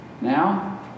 Now